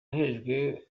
uhejwe